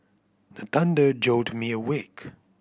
the thunder jolt me awake